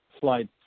slide